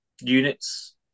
units